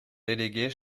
déléguée